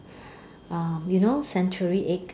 um you know century egg